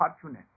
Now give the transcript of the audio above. fortunate